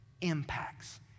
impacts